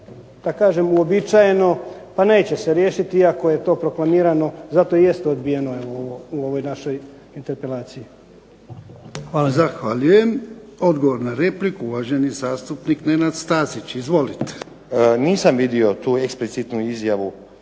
što je uobičajeno pa neće se riješiti iako je to proklamirano zato i jeste odbijeno u ovoj našoj interpelaciji. Hvala. **Jarnjak, Ivan (HDZ)** Zahvaljujem. Odgovor na repliku, uvaženi zastupnik Nenad Stazić. Izvolite. **Stazić, Nenad (SDP)** Nisam vidio tu eksplicitnu izjavu